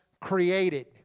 created